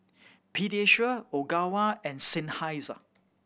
Pediasure Ogawa and Seinheiser